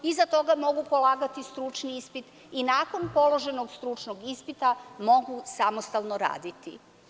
Iza toga mogu polagati stručni ispit i nakon položenog stručnog ispita mogu samostalno raditi.